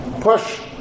push